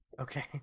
Okay